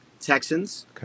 Texans